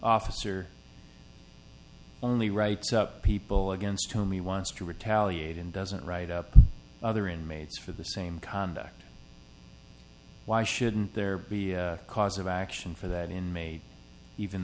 officer only writes up people against whom he wants to retaliate and doesn't write up other inmates for the same conduct why shouldn't there be a cause of action for that inmate even